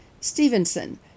Stevenson